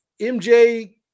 MJ